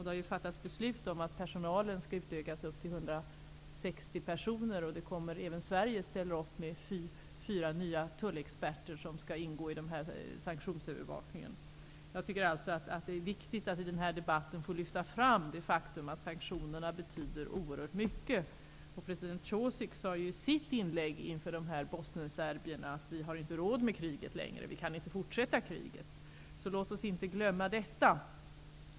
Det har fattats beslut om att personalen skall utökas upp till 160 personer. Även Sverige ställer upp med fyra nya tullexperter som skall ingå i denna sanktionsövervakning. Jag tycker alltså att det är viktigt att i denna debatt få lyfta fram det faktum att sanktionerna betyder oerhört mycket. President Cosic sade i sitt inlägg inför dessa bosnienserber att man inte har råd med kriget längre, att man inte kan fortsätta kriget. Låt oss därför inte glömma detta.